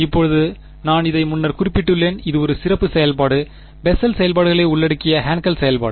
இப்போது நான் இதை முன்னர் குறிப்பிட்டுள்ளேன் இது ஒரு சிறப்பு செயல்பாடு பெசல் செயல்பாடுகளை உள்ளடக்கிய ஹான்கெல் செயல்பாடு